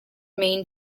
mean